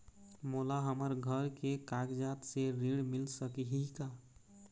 मोला हमर घर के कागजात से ऋण मिल सकही का?